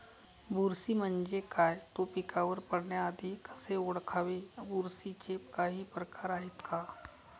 बुरशी म्हणजे काय? तो पिकावर पडण्याआधी कसे ओळखावे? बुरशीचे काही प्रकार आहेत का?